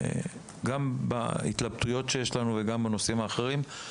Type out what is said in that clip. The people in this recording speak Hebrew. גם בהתלבטויות שיש לנו וגם בנושאים האחרים.